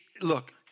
Look